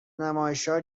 نمایشگاه